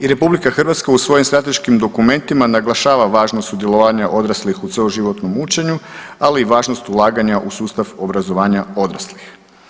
I RH u svojim strateškim dokumentima naglašava važnost sudjelovanja odraslih u cjeloživotnom učenju, ali važnost ulaganja u sustav obrazovanja odraslih.